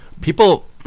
People